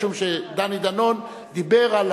משום שדני דנון דיבר על